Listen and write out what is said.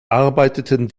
arbeiteten